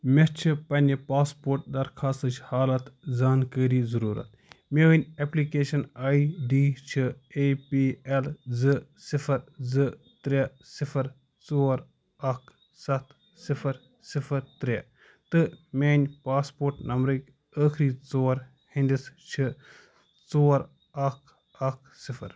مےٚ چھِ پنںہِ پاسپورٹ درخوٛاستٕچ حالت زانکٲری ضُروٗرت میٛٲنی ایٚپلِکیشن آے ڈی چھِ اے پی ایٚل زٕ صِفر زٕ ترٛےٚ صِفر ژور اکھ سَتھ صِفر صِفر ترٛےٚ تہٕ میٛانہِ پاسپورٹ نمبرٕکۍ ٲخری ژور ہِنٛدس چھِ ژور اکھ اکھ صِفر